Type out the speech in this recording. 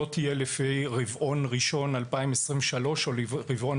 לא תהיה לפי רבעון ראשון 2023 או רבעון